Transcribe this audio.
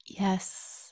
Yes